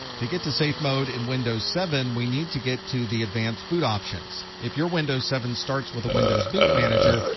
to get to safe mode in windows seven, we need to get to the advanced boot options. if your windows seven starts with a windows boot manager,